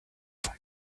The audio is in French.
font